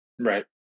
right